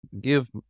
give